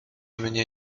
mnie